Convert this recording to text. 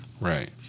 Right